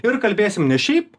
ir kalbėsim ne šiaip